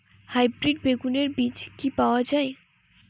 Hybrid বেগুনের বীজ কি পাওয়া য়ায়?